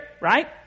right